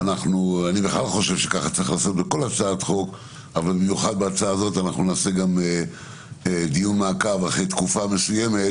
אנחנו נעשה דיון מעקב אחרי תקופה מסוימת